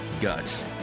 Guts